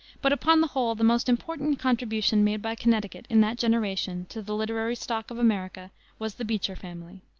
but, upon the whole, the most important contribution made by connecticut in that generation to the literary stock of america was the beecher family.